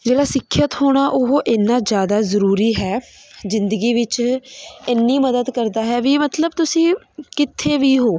ਜਿਹੜਾ ਸਿੱਖਿਅਤ ਹੋਣਾ ਉਹ ਇਨ੍ਹਾਂ ਜ਼ਿਆਦਾ ਜ਼ਰੂਰੀ ਹੈ ਜ਼ਿੰਦਗੀ ਵਿੱਚ ਇੰਨੀ ਮਦਦ ਕਰਦਾ ਹੈ ਵੀ ਮਤਲਬ ਤੁਸੀਂ ਕਿੱਥੇ ਵੀ ਹੋ